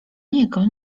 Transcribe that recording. niego